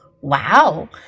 Wow